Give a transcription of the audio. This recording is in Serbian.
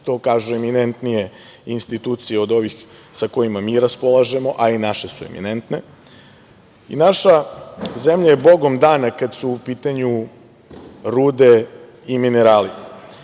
to kažu eminentnije institucije od ovih sa kojima mi raspolažemo, a i naše su eminentne. I naša zemlja je bogom dana kada su u pitanju rude i minerali.